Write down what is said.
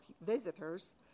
visitors